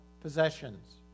possessions